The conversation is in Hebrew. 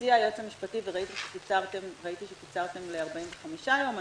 הציע היועץ המשפטי וראיתי שקיצרתם ל-45 יום.